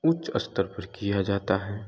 उच्च स्तर पर किया जाता है